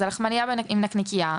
זה לחמנייה עם נקניקיה,